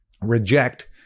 reject